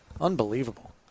Unbelievable